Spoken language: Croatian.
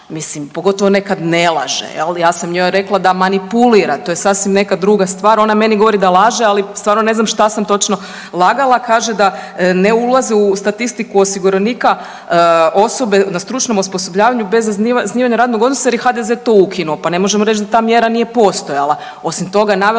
mislim pogotovo ne kad ne laže jel ja sam njoj rekla da manipulira, to je sasvim neka druga stvar, ona meni govori da lažem ali ne znam šta sam točno lagala. Kaže da ne ulaze u statistiku osiguranika osobe na stručnom osposobljavanju bez zasnivanja radnog odnosa jer je HDZ to ukinuo, pa ne možemo reći da ta mjera nije postojala. Osim toga, navela